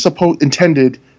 intended